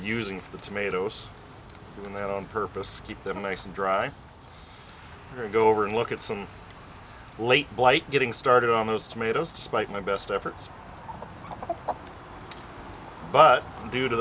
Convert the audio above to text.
for the tomatoes and then on purpose keep them nice and dry or go over and look at some late blight getting started on those tomatoes despite my best efforts but due to